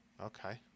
Okay